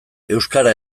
euskara